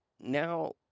now